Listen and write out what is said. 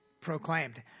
proclaimed